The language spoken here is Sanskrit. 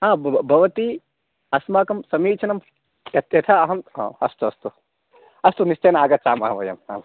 हा भव् भवति अस्माकं समीचीनं यद्यथा अहम् अस्तु अस्तु अस्तु निश्चयेन आगच्छामः वयं हा